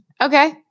Okay